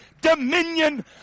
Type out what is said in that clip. dominion